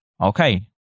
Okay